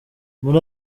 muri